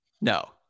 no